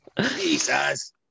Jesus